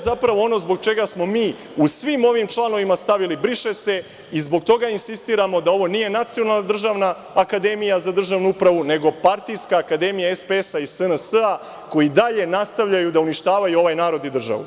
Zapravo, to je ono zbog čega smo mi u svim ovim članovima stavili „briše se“ i zbog toga insistiramo da ovo nije Nacionalna državna akademija za državnu upravu, nego partijska akademija SPS-a i SNS-a, koji i dalje nastavljaju da uništavaju ovaj narod i državu.